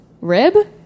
rib